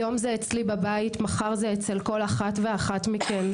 היום זה אצלי בבית, מחר זה אצל כל אחת ואחת מכן.